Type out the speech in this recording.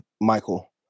Michael